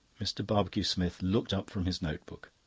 mr. barbecue-smith looked up from his notebook.